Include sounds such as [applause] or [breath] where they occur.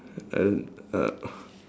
I don't uh [breath]